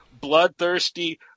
bloodthirsty